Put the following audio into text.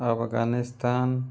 Afghanistan